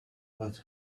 what